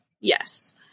yes